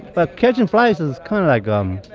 but catching flies is kind of like, um,